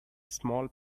small